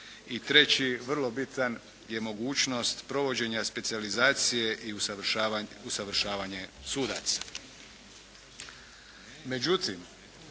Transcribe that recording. I treći, vrlo bitan, je mogućnost provođenja specijalizacije i usavršavanje sudaca.